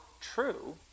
true